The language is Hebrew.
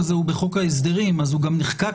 מכיוון שזה לא שכר עבודה, אז זו עסקה.